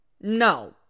No